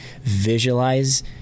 visualize